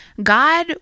God